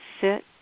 Sit